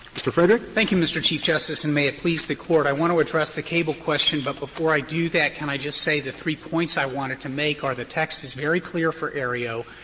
mr. frederick. frederick thank you, mr. chief justice, and may it please the court i want to address the cable question, but before i do that, can i just say the three points i wanted to make are the text is very clear for aereo,